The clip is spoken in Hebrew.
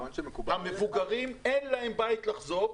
למבוגרים אין בית לחזור,